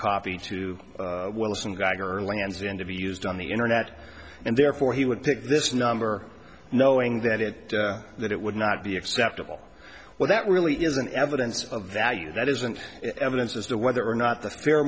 copy to wilson geiger land's end to be used on the internet and therefore he would pick this number knowing that it that it would not be acceptable well that really isn't evidence of value that isn't evidence as to whether or not the fair